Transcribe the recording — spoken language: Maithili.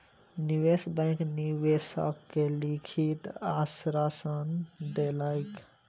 निवेश बैंक निवेशक के लिखित आश्वासन देलकै